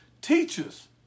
Teachers